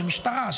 של משטרה,